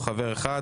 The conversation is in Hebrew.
חברה אחת